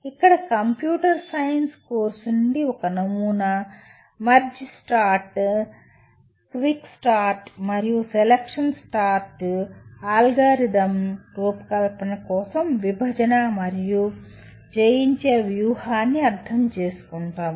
ఇక్కడ computer science course నుండి ఒక నమూనా మర్జ్ సార్ట్ క్విక్ సార్ట్ మరియు సెలక్షన్ సార్ట్ అల్గారిథమ్ల రూపకల్పన కోసం విభజన మరియు జయించే వ్యూహాన్ని అర్థం చేసుకుంటాము